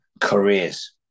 careers